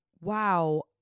wow